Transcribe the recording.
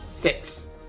Six